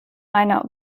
meiner